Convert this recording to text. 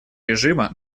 режима